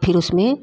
और फिर उसमें